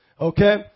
Okay